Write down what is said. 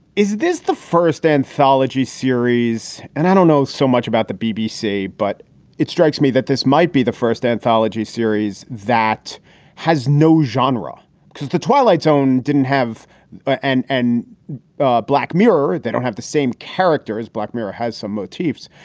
is this the first anthology series and i don't know so much about the bbc, but it strikes me that this might be the first anthology series that has no genre because the twilight zone didn't have ah and and ah black mirror, they don't have the same characters. black mirror has some motifs,